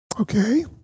Okay